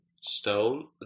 stone